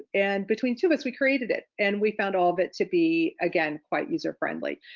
and between two of us we created it and we found all of it to be again quite user friendly.